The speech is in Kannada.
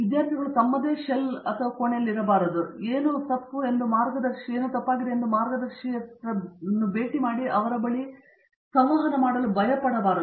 ವಿದ್ಯಾರ್ಥಿಗಳು ಶೆಲ್ನಲ್ಲಿ ಇರಬಾರದು ಏನೋ ತಪ್ಪು ಎಂದು ಮಾರ್ಗದರ್ಶಿಗೆ ಭೇಟಿ ನೀಡಲು ಅವರು ಭಯಪಡಬಾರದು